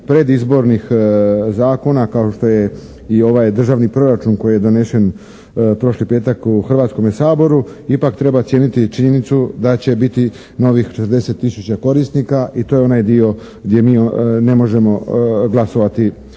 predizbornih zakona kao što je i ovaj državni proračun koji je donešen prošli petak u Hrvatskome saboru, ipak treba cijeniti i činjenicu da će biti novih 40 tisuća korisnika i to je onaj dio gdje mi ne možemo glasovati